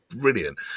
brilliant